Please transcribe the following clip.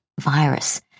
virus